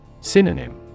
Synonym